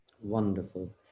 wonderful